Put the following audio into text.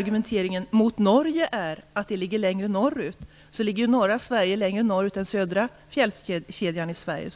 argumenteringen i fråga om Norge, att det ligger längre norrut, kan man ju säga att norra Sveriges bergskedja ligger längre norrut än den i södra Sverige.